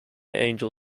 angel